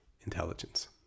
intelligence